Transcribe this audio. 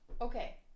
Okay